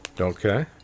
Okay